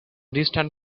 distant